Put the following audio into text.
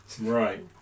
Right